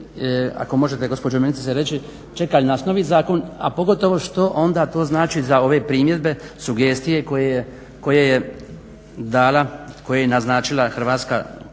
Ako možete gospođo ministrice reći čeka li nas novi zakon, a pogotovo što onda to znači za ove primjedbe, sugestije koje je dala, koje je naznačila Hrvatska